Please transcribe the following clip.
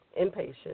inpatient